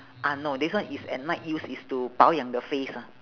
ah no this one is at night use is to 保养 your face ah